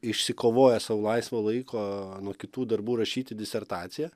išsikovojęs sau laisvo laiko nuo kitų darbų rašyti disertaciją